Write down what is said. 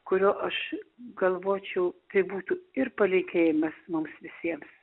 kurio aš galvočiau tai būtų ir palinkėjimas mums visiems